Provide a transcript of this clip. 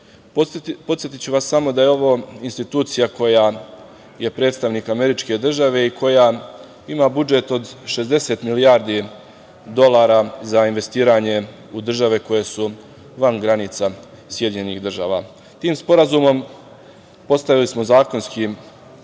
ciljeve. Podsetiću vas samo da je ovo institucija koja je predstavnik američke države i koja ima budžet od 60 milijardi dolara za investiranje u države koje su van granica Sjedinjenih Država. Tim Sporazumom postavili smo zakonski